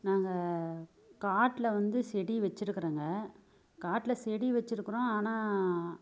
நாங்கள் காட்டில் வந்து செடி வச்சிருக்கிறங்க காட்டில் செடி வச்சிருக்குறோம் ஆனால்